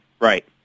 right